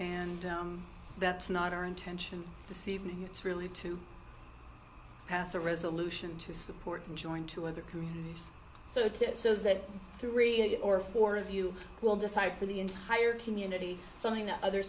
and that's not our intention to see it's really to pass a resolution to support and join to other communities so to it so that three or four of you will decide for the entire community something that other